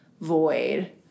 void